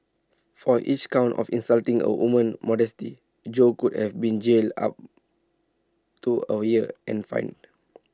for each count of insulting A woman's modesty Jo could have been jailed up to A year and fined